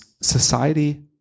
society